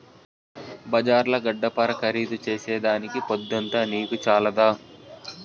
బజార్ల గడ్డపార ఖరీదు చేసేదానికి పొద్దంతా నీకు చాలదా